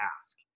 ask